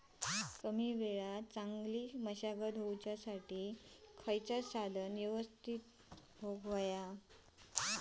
कमी वेळात चांगली मशागत होऊच्यासाठी कसला साधन यवस्तित होया?